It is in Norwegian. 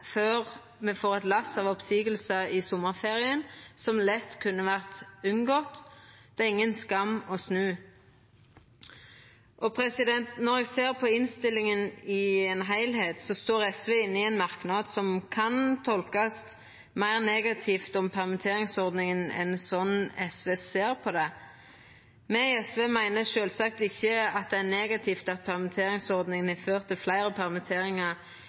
før me får eit lass av oppseiingar i sommarferien, noko som lett kunne vore unngått. Det er inga skam å snu. Når eg ser på innstillinga samla, står SV inne i ein merknad som kan tolkast meir negativt når det gjeld permitteringsordninga, enn det SV gjer. Me i SV meiner sjølvsagt ikkje at det er negativt at permitteringsordninga har ført til fleire